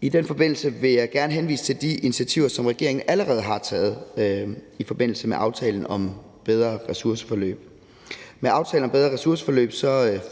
I den forbindelse vil jeg gerne henvise til de initiativer, som regeringen allerede har taget i forbindelse med aftalen om bedre ressourceforløb. Med aftalen om bedre ressourceforløb